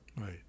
Right